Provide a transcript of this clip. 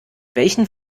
welchen